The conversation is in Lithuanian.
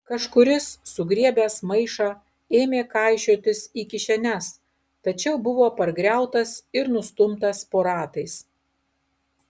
kažkuris sugriebęs maišą ėmė kaišiotis į kišenes tačiau buvo pargriautas ir nustumtas po ratais